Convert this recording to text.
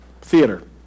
theater